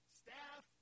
staff